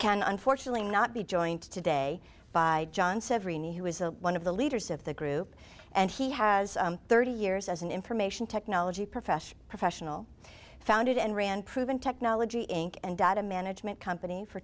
can unfortunately not be joined today by john severino who is a one of the leaders of the group and he has thirty years as an information technology profession professional founded and ran proven technology inc and data management company for